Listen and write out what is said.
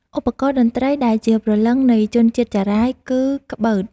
ឧបករណ៍តន្ត្រីដែលជាព្រលឹងនៃជនជាតិចារាយគឺ ក្បឺត។